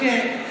אוקיי.